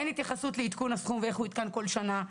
אין התייחסות לעדכון הסכום ואיך הוא יעודכן כל שנה.